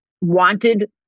wanted